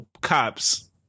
cops